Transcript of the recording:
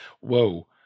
whoa